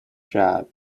job